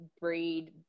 breed